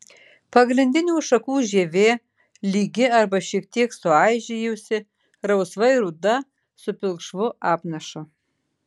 pagrindinių šakų žievė lygi arba šiek tiek suaižėjusi rausvai ruda su pilkšvu apnašu